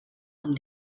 amb